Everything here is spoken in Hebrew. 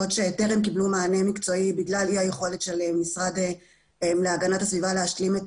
שטרם קיבלו מענה מקצועי בגלל אי היכולת של המשרד להגנת הסביבה להשלים את